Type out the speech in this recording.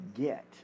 get